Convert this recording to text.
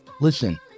Listen